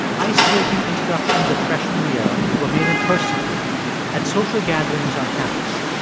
ice-breaking introductions of freshman year were made in person at social gatherings on campus.